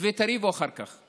ותריבו אחר כך.